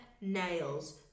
nails